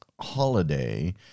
holiday